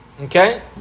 Okay